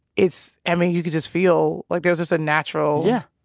it's i mean, you could just feel like there's just a natural. yeah.